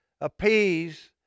appease